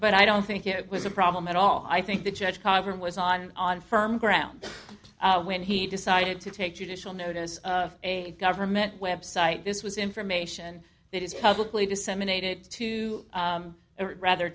but i don't think it was a problem at all i think the judge cochran was on on firm ground when he decided to take judicial notice of a government website this was information that is publicly disseminated to a rather